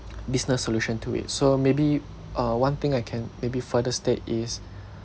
business solution to it so maybe uh one thing I can maybe further state is